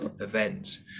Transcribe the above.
event